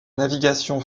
navigation